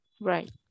Right